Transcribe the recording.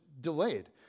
delayed